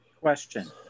Question